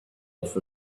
off